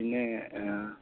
പിന്നെ